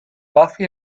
buffy